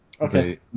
Okay